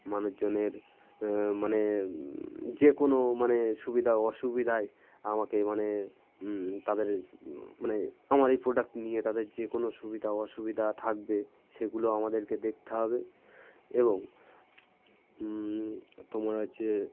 মানুষজনের মানে যে কোনো মানে সুবিধা অসুবিধায় আমাকে মানে তাদের মানে আমার এই প্রোডাক্ট নিয়ে তাদের যে কোনো সুবিধা অসুবিধা থাকবে সেগুলো আমাদেরকে দেখতে হবে এবং তোমার হচ্ছে